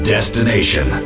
Destination